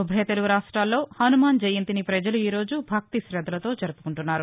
ఉభయ తెలుగు రాష్టాల్లో హనుమాన్ జయంతిని పజలు ఈరోజు భక్తి తద్దలతో జరుపుకుంటున్నారు